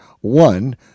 one